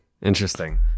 Interesting